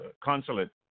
consulate